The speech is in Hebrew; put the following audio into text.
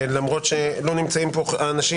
למרות שלא נמצאים פה האנשים,